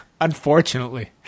Unfortunately